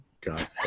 God